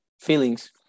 feelings